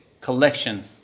collection